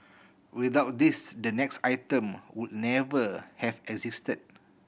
without this the next item would never have existed